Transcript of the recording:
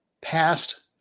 past